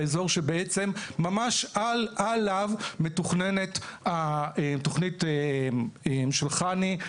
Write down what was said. האזור שבעצם ממש עליו מתוכננת התוכנית של חנ"י,